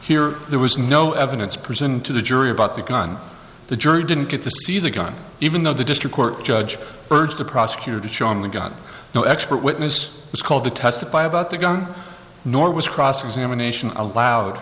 here there was no evidence presented to the jury about the gun the jury didn't get to see the gun even though the district court judge urged the prosecutor to show on the gun no expert witness was called to testify about the gun nor was cross examination allowed